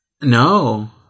No